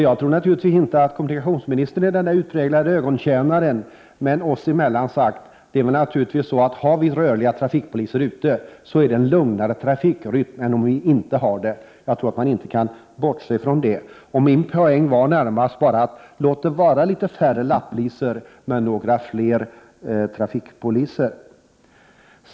Jag tror naturligtvis att kommunikationsministern inte är någon utpräglad ögontjänare. Men oss emellan sagt, om det finns rörlig trafikpolis ute, påverkar detta trafikrytmen så att den blir lugnare, vilket vi inte kan bortse ifrån. Låt det vara litet färre lapplisor, men några fler trafikpoliser!